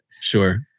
sure